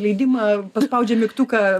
leidimą paspaudžia mygtuką